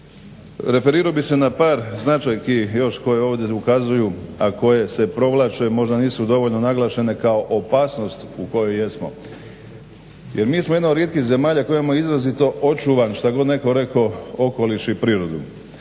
Referirao bih se na par značajki još koje ovdje ukazuju, a koje se provlače možda nisu dovoljno naglašene kao opasnost u kojoj jesmo. Jer mi smo jedna od rijetkih zemalja koja imamo izrazito očuvan šta god netko rekao okoliš i prirodu.